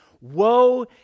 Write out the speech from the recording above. Woe